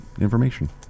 information